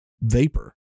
vapor